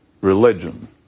religion